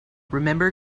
remember